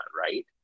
right